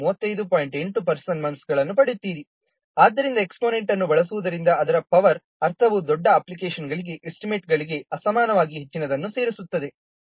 ಆದ್ದರಿಂದ ಎಕ್ಸ್ಪೋನೆಂಟ್ ಅನ್ನು ಬಳಸುವುದರಿಂದ ಅದರ ಪವರ್ ಅರ್ಥವು ದೊಡ್ಡ ಅಪ್ಲಿಕೇಶನ್ಗಳಿಗೆ ಎಸ್ಟಿಮೇಟ್ಗಳಿಗೆ ಅಸಮಾನವಾಗಿ ಹೆಚ್ಚಿನದನ್ನು ಸೇರಿಸುತ್ತದೆ